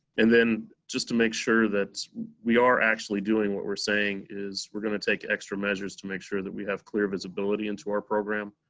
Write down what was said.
and then just to make sure that we are actually doing what we're saying is we're gonna take extra measures to make sure that we have clear visibility into our program.